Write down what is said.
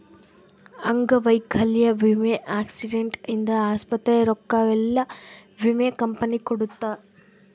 ಅಂಗವೈಕಲ್ಯ ವಿಮೆ ಆಕ್ಸಿಡೆಂಟ್ ಇಂದ ಆಸ್ಪತ್ರೆ ರೊಕ್ಕ ಯೆಲ್ಲ ವಿಮೆ ಕಂಪನಿ ಕೊಡುತ್ತ